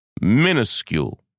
minuscule